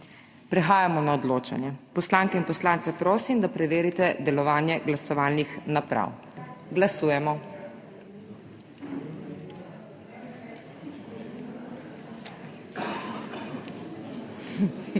Prehajamo na odločanje. Poslanke in poslance prosim, da preverite delovanje glasovalnih naprav. Glasujemo.